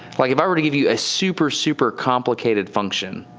like if i were to give you a super, super complicated function.